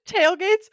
tailgates